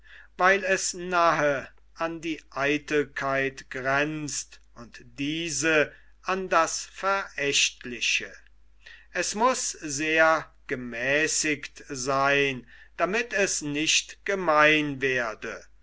weil es nahe an die eitelkeit gränzt und diese an das verächtliche es muß sehr gemäßigt seyn damit es nicht gemein werde